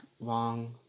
wrong